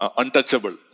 untouchable